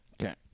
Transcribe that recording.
Okay